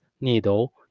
needle